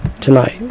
tonight